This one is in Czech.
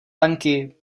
tanky